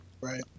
Right